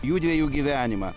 jųdviejų gyvenimą